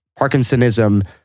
Parkinsonism